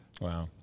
Wow